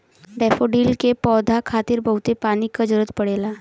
daffodil के पौधा खातिर बहुते पानी क जरुरत पड़ेला